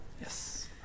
Yes